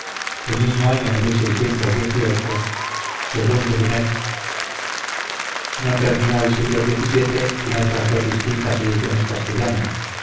el mismo año de según brunet no terminó el siglo xvii sin otras dos distintas ediciones castellanas